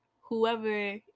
whoever